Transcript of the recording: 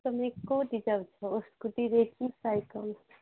ତୁମେ କୋଉଠି ଯାଉଛ ସ୍କୁଟିରେ କି ସାଇକେଲ୍